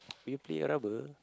you play rubber